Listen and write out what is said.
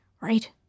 right